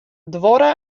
duorre